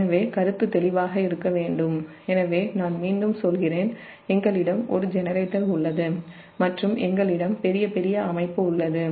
எனவே கருத்து தெளிவாக இருக்க வேண்டும் என்று நான் மீண்டும் சொல் கிறேன் எங்களிடம் ஒரு ஜெனரேட்டர் உள்ளது மற்றும் எங்களிடம் ஒரு பெரிய அமைப்பு உள்ளது